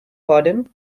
pardon